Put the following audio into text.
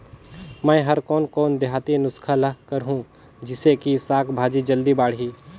मै हर कोन कोन देहाती नुस्खा ल करहूं? जिसे कि साक भाजी जल्दी बाड़ही?